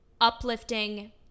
uplifting